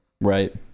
right